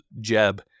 Jeb